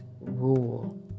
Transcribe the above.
rule